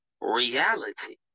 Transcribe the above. reality